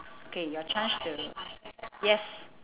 okay your chance to yes